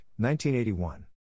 1981